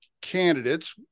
candidates